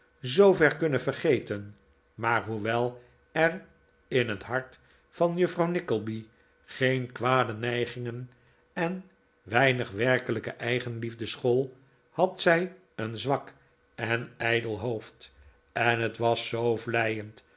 zoover kunnen vergeten maar hoewel er in het hart van juffrouw nickleby geen kwade neigingen en weinig werkelijke eigenliefde school had zij een zwak en ijdel hoofd en het was zoo vleiend